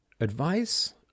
advice